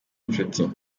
inshuti